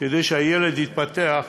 כדי שהילד יתפתח,